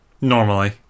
Normally